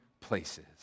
places